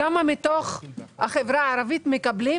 כמה אנשים מקרב החברה הערבית מקבלים,